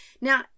Now